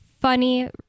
funny